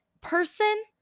person